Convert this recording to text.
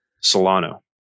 Solano